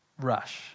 rush